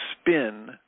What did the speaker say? spin